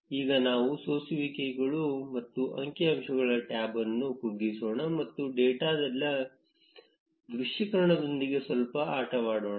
ಈಗ ನಾವು ಸೋಸುವಿಕೆಗಳು ಮತ್ತು ಅಂಕಿಅಂಶಗಳ ಟ್ಯಾಬ್ ಅನ್ನು ಕುಗ್ಗಿಸೋಣ ಮತ್ತು ಡೇಟಾದ ದೃಶ್ಯೀಕರಣದೊಂದಿಗೆ ಸ್ವಲ್ಪ ಆಟವಾಡೋಣ